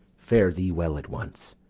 fare thee well at once!